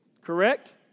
Correct